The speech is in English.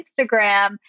Instagram